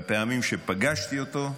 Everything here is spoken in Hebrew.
בפעמים שפגשתי אותו,